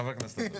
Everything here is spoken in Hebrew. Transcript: חבר הכנסת אזולאי.